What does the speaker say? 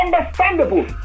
understandable